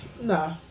Nah